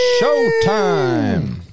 Showtime